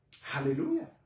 Hallelujah